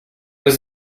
was